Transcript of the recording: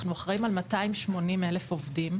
אנחנו אחרים על 280,000 עובדים,